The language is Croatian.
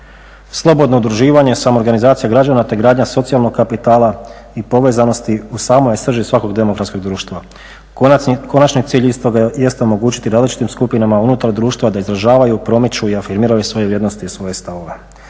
Slobodno udruživanje, samoorganizacija građana, te gradnja socijalnog kapitala i povezanosti u samoj je srži svakog demokratskog društva. Konačni cilj istoga jeste omogućiti različitim skupinama unutar društva da izražavaju, promiču i afirmiraju svoje vrijednosti i svoje stavove.